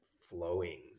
flowing